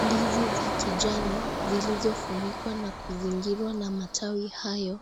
Ndizi za kijani zilizofunikwa na kuzingirwa na matawi hayo,